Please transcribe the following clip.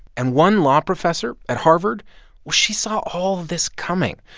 and one law professor at harvard well, she saw all this coming.